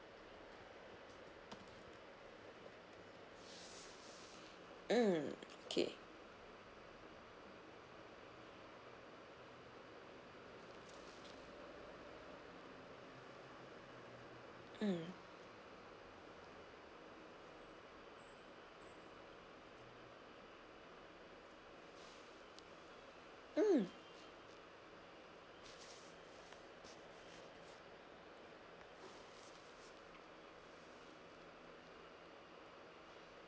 mm okay mm mm